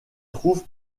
trouve